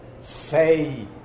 say